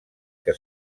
que